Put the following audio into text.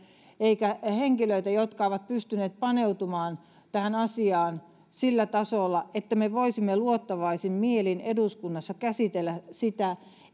eikä henkilöitä jotka olisivat pystyneet paneutumaan tähän asiaan sillä tasolla että me voisimme luottavaisin mielin eduskunnassa käsitellä sitä niin